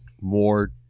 more